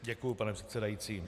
Děkuji, pane předsedající.